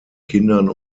kindern